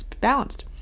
balanced